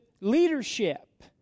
leadership